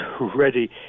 ready